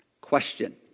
Question